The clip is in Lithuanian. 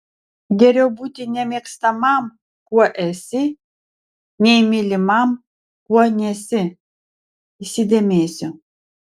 geriau būti nemėgstamam kuo esi nei mylimam kuo nesi įsidėmėsiu